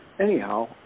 anyhow